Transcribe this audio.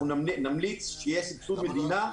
אנחנו נמליץ שיהיה סבסוד מדינה,